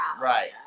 Right